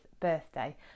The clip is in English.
birthday